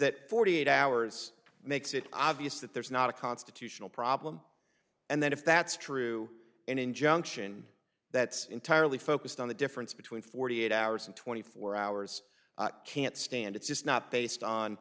that forty eight hours makes it obvious that there's not a constitutional problem and then if that's true an injunction that's entirely focused on the difference between forty eight hours and twenty four hours can't stand it's not based on